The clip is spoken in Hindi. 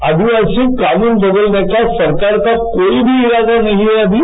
आदिवासी कानून बदलने कासरकार का कोई भी इरादा नहीं है अभी